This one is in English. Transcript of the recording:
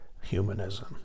humanism